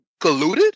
colluded